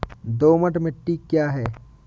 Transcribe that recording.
दोमट मिट्टी क्या है?